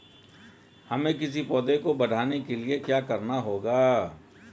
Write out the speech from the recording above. हमें किसी पौधे को बढ़ाने के लिये क्या करना होगा?